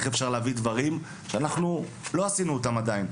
איך אפשר להביא דברים שאנחנו לא עשינו אותם עדיין.